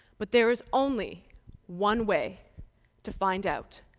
but there is only one way to find out.